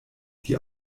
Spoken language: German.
die